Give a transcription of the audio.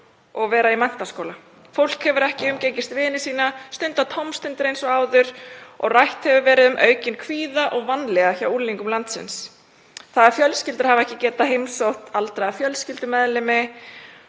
og vera í menntaskóla. Fólk hefur ekki umgengist vini sína, stundað tómstundir eins og áður og rætt hefur verið um aukinn kvíða og vanlíðan hjá unglingum landsins. Fjölskyldur hafa ekki geta heimsótt aldraða fjölskyldumeðlimi